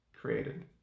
created